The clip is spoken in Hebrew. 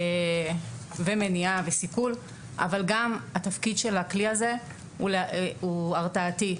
מניעה וסיכול אבל גם התפקיד של הכלי הזה הוא הרתעתי.